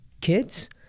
kids